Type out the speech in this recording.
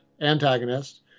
antagonist